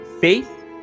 faith